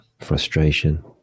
frustration